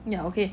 ya okay